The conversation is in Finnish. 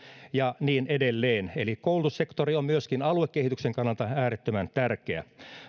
ja niin edelleen eli koulutussektori on myöskin aluekehityksen kannalta äärettömän tärkeä